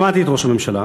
שמעתי את ראש הממשלה.